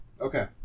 Okay